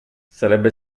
sarebbe